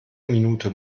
minute